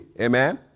Amen